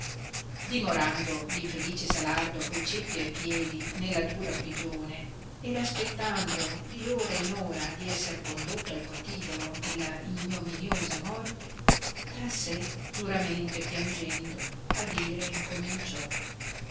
dimorando l infelice salardo co ceppi a piedi nella dura prigione ed aspettando di ora in ora di esser condotto al patibolo della ignominiosa morte tra sé duramente piangendo a dire incominciò